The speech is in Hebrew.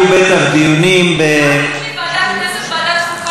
יהיו בטח דיונים, ועדת הכנסת, ועדת החוקה.